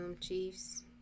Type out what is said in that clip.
Chiefs